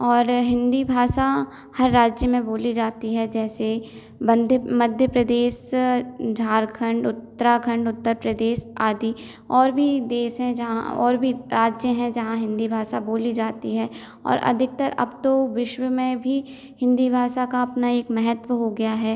और हिंदी भाषा हर राज्य में बोली जाती है जैसे मध्ये मध्य प्रदेश झारखंड उत्तराखंड उत्तर प्रदेश आदि और भी देश हैं जहाँ और भी राज्य हैं जहाँ हिंदी भाषा बोली जाती है और अधिकतर अब तो विश्व में भी हिंदी भाषा का अपना एक महत्व हो गया है